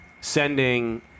sending –